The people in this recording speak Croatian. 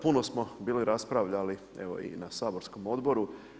Puno smo bili raspravljali evo i na saborskom odboru.